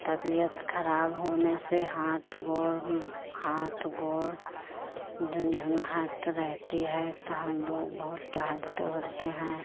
तबीयत ख़राब होने से हाथ गोर हाथ गोर धंधनाहट रहती है तो हम लोग बहुत टहलते हलते हैं